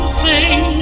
sing